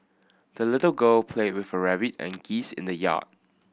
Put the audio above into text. the little girl played with her rabbit and geese in the yard